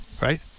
Right